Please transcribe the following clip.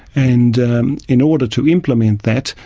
and in order to implement that,